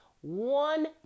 one